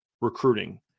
recruiting